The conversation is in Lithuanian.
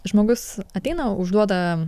žmogus ateina užduoda